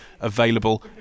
available